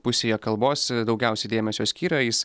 pusėje kalbos daugiausiai dėmesio skyrė jis